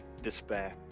despair